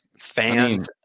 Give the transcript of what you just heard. fans